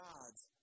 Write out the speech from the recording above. God's